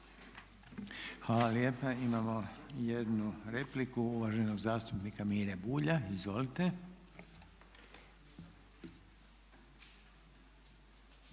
Hvala lijepa imamo jednu repliku uvaženog zastupnika Mire Bulja. Izvolite.